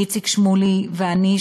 איציק שמולי ואני,